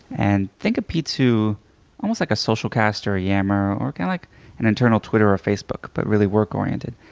and think of p two almost like a socialcast or a yammer or kind of like an internal twitter or facebook, but really work oriented.